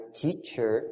teacher